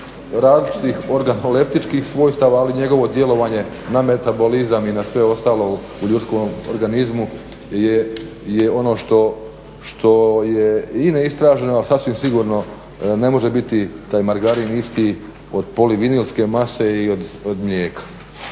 različitih organoleptičkih svojstava, ali njegovo djelovanje na metabolizam i na sve ostalo u ljudskom organizmu je ono što je i neistraženo, a sasvim sigurno ne može biti taj margarin isti od polivinilske mase i od mlijeka.